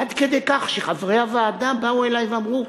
עד כדי כך שחברי הוועדה באו אלי ואמרו: